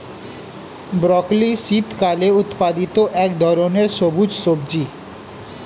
broccoli শীতকালে উৎপাদিত এক ধরনের সবুজ সবজি